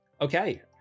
Okay